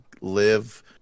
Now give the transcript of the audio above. live